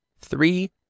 Three